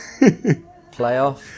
Playoff